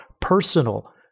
personal